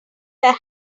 were